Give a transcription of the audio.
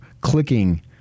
clicking